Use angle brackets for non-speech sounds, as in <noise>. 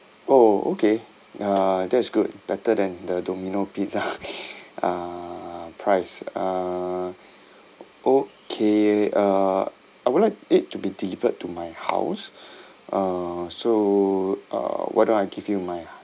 oh okay uh that's good better than the domino pizza <laughs> uh price uh okay uh I would like it to be delivered to my house uh so uh what do I give you my